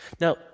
Now